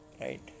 right